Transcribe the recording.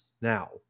now